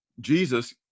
Jesus